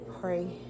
pray